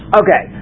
okay